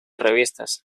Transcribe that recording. revistas